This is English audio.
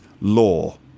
law